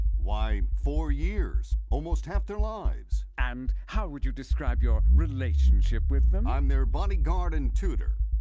why, four years, almost half their lives. and how would you describe your relationship with them? i'm their bodyguard and tutor.